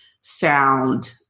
sound